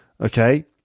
Okay